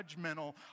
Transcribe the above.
judgmental